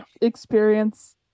experience